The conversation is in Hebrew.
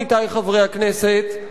עמיתי חברי הכנסת,